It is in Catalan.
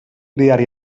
diari